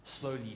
slowly